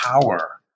power